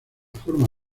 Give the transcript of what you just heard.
forma